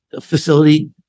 facility